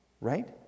right